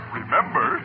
remember